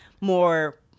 more